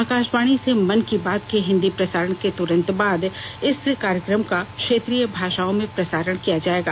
आकाशवाणी से मन की बात के हिंदी प्रसारण के तुरन्त बाद इस कार्यक्रम का क्षेत्रीय भाषाओं में प्रसारण किया जायेगा